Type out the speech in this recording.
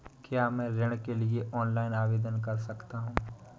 क्या मैं ऋण के लिए ऑनलाइन आवेदन कर सकता हूँ?